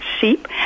sheep